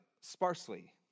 sparsely